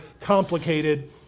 complicated